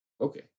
okay